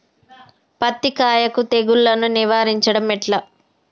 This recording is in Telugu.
పత్తి కాయకు తెగుళ్లను నివారించడం ఎట్లా?